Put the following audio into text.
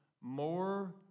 more